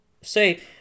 say